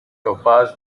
topaz